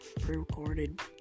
pre-recorded